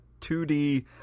2D